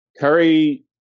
Curry